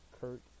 Kurt